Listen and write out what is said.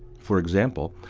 for example,